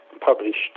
published